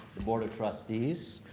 board of trustees,